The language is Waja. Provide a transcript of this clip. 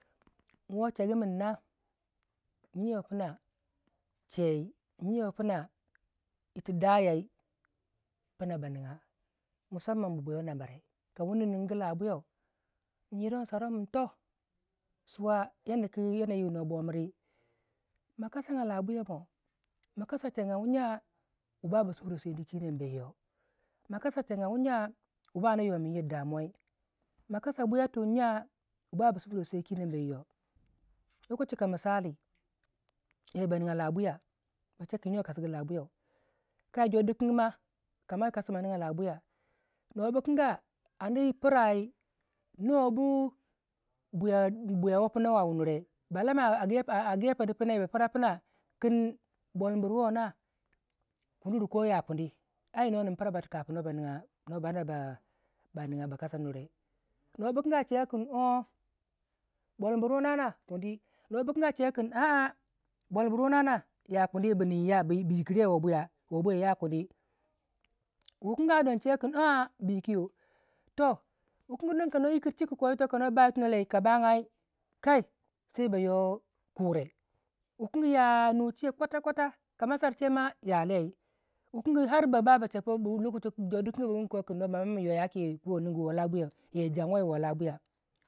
jiki lalle lalle ma je wai chei kama kai ma riwei rima pero ma chewei chei don tikin gi don kama ribi rima ne ma chewe chei tikangi don kama chebu chei ne ma ri wei rima tikangi don kama ammin pikan gu ma jyuguwei no ningu tikingi tu mo riwei rimai woo do kam do ma riwei rima sosai ma riwei rima tikingi don kama amni ma ko tikingi don har ba gwala dimri rima ma ar ba kumin jyakalu ma jygya cheguchei ma ma jagya rigu rima ma jor dikangi don yigi to tum tum toh diminu wei ma riwei rima don toh ma riwei rima bina kundi jor dikangi jor diganki shika ko don ba yoyir kusan jyakallu don amman jor dikan gi kama kwai towuna ma riwei rima kai ma sugu sumau ma hanna pikan gu ma amna gaidigan gi no niga ir rimai ma riwai rima jor dikangi mawo pisu ko a lamo ma ko da ma aminbu bikangu ne makwewai yir rimai wunu wunu ma riwei rima don a pii jor dikan gi don ko damo tiwo ko chiku gokaru ko chiki ma amna kelgunu ko pikangu ma kweye yir tuno ningu yir rimai makwewai